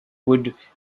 would